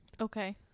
Okay